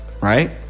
right